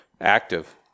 active